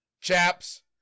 chaps